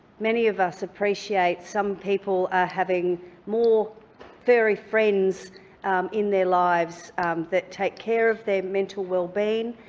many of us appreciate, some people are having more furry friends in their lives that take care of their mental wellbeing,